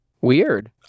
Weird